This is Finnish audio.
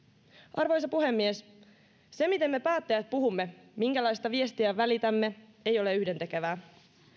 arvoisa puhemies se miten me päättäjät puhumme minkälaista viestiä välitämme ei ole yhdentekevää